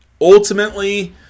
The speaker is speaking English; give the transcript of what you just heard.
Ultimately